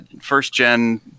first-gen